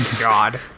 God